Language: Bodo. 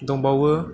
दंबावो